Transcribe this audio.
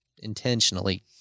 intentionally